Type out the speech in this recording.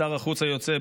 שר החוץ היוצא,